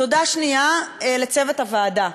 תודה שנייה, לצוות הוועדה: